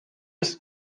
ist